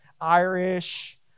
Irish